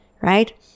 right